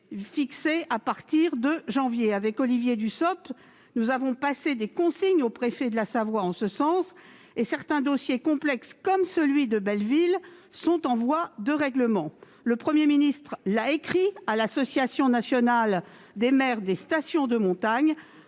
fixé à partir de janvier. Olivier Dussopt et moi-même avons adressé des consignes en ce sens au préfet de la Savoie, et certains dossiers complexes comme celui des Belleville sont en voie de règlement. Le Premier ministre l'a écrit à l'Association nationale des maires des stations de montagne